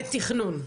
לתכנון.